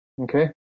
okay